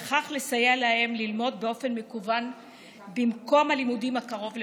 וכך לסייע להם ללמוד באופן מקוון במקום הלימודים הקרוב לביתם.